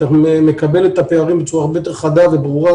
אנחנו נקבל את הפערים בצורה הרבה יותר חדה וברורה.